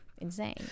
insane